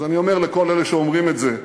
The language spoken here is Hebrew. אז אני אומר לכל אלה שאומרים את זה: